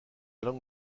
langue